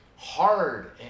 hard